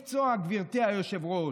היו שם גם אנשי מקצוע, גברתי היושבת-ראש.